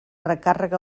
recàrrega